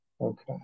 Okay